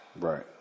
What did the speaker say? Right